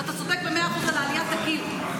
אתה צודק במאה אחוז על עליית הגיל.